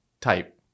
type